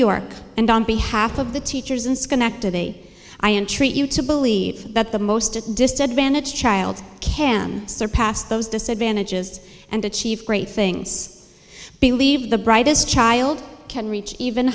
york and on behalf of the teachers in schenectady i entreat you to believe that the most disadvantaged child can surpass those disadvantages and achieve great things believe the brightest child can reach even